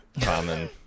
Common